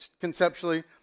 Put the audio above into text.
conceptually